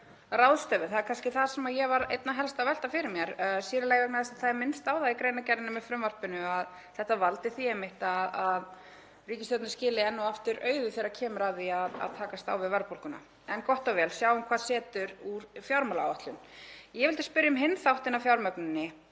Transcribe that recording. ráðstöfun. Það er kannski það sem ég er einna helst að velta fyrir mér, sér í lagi vegna þess að minnst er á það í greinargerðinni með frumvarpinu að þetta valdi því einmitt að ríkisstjórnin skili enn og aftur auðu þegar kemur að því að takast á við verðbólguna. En gott og vel, sjáum hvað setur í fjármálaáætlun. Ég vildi spyrja um hinn þáttinn af fjármögnuninni